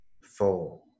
four